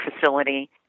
Facility